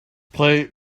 play